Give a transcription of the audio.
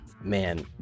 man